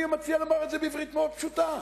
אני מציע לומר את זה בעברית מאוד פשוטה: